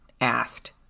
asked